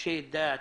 אנשי דת,